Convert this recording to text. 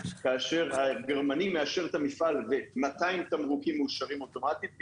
כאשר הגרמני מאשר את המפעל אז 200 תמרוקים מאושרים אוטומטית,